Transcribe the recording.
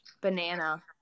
Banana